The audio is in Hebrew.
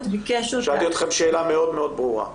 שאלתי אתכם שאלה מאוד מאוד ברורה.